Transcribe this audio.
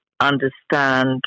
understand